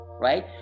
Right